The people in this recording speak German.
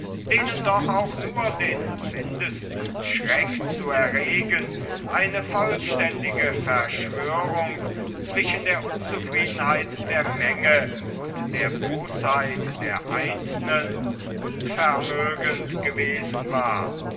denen doch auch nur den mindesten schreck zu erregen eine vollständige verschwörung zwischen der unzufriedenheit der menge und der bosheit der einzelnen unvermögend gewesen war